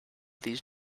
these